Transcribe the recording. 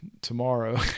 tomorrow